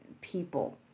people